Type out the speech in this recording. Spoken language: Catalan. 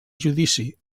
judici